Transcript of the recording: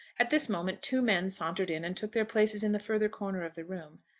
at this moment two men sauntered in and took their places in the further corner of the room.